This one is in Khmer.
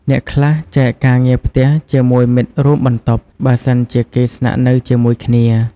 អ្នកខ្លះចែកការងារផ្ទះជាមួយមិត្តរួមបន្ទប់ បើសិនជាគេស្នាក់នៅជាមួយគ្នា។